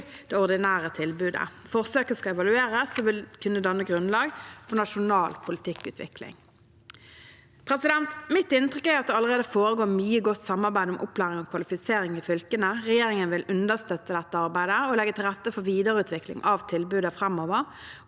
det ordinære tilbudet. Forsøket skal evalueres og vil kunne danne grunnlag for nasjonal politikkutvikling. Mitt inntrykk er at det allerede foregår mye godt samarbeid om opplæring og kvalifisering i fylkene. Regjeringen vil understøtte dette arbeidet og legge til rette for videreutvikling av tilbudet framover.